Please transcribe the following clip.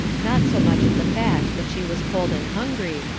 not so much at the fact that she was cold and hungry,